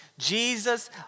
Jesus